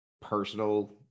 personal